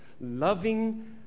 Loving